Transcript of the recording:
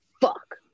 fuck